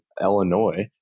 Illinois